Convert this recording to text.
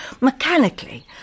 mechanically